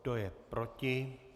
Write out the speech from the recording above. Kdo je proti?